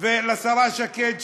ולשרה שקד,